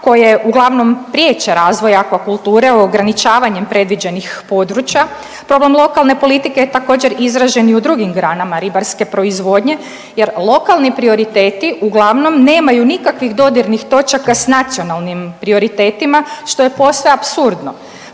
koje uglavnom priječe razvoj akvakulture ograničavanjem predviđenih područja. Problem lokalne politike je također, izražen i u drugim granama ribarske proizvodnje jer lokalni prioriteti uglavnom nemaju nikakvih dodirnih točaka s nacionalnim prioritetima, što je posve apsurdno.